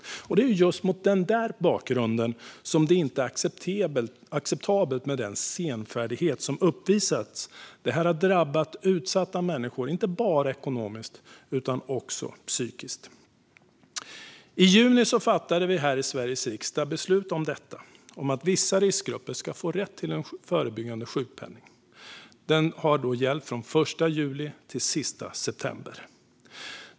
Det är just mot denna bakgrund som det inte är acceptabelt med den senfärdighet som uppvisats. Det har drabbat utsatta människor inte bara ekonomiskt utan också psykiskt. I juni fattade vi i Sveriges riksdag beslut om att vissa riskgrupper skulle få rätt till en förebyggande sjukpenning. Den har gällt från den 1 juli till den 30 september.